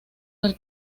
del